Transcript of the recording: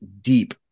deep